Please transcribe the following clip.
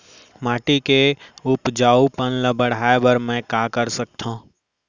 माटी के उपजाऊपन ल बढ़ाय बर मैं का कर सकथव?